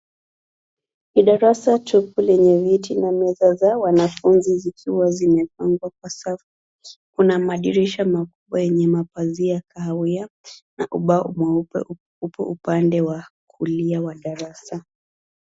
Ni darasa tupu lenye viti na meza za wanafunzi zikiwa zimepangwa kwa safu. Kuna madirisha makubwa yenye mapazia kahawia na ubao mweupe upo upande wa kulia wa darasa.